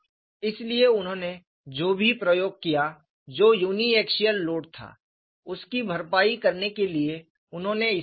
इसलिए उन्होंने जो भी प्रयोग किया जो यूनि एक्सियल लोड था उसकी भरपाई करने के लिए उन्होंने इसे जोड़ा